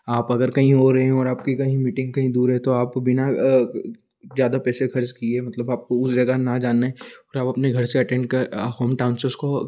आप अगर कहीं और हैं और आपकी कहीं मीटिंग कहीं दूर है तो आपको बिना ज़्यादा पैसे खर्च किए मतलब आपको उस जगह न जाना है तब अपने घर से एटेण्ड कर होमटाउन से उसको